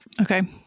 Okay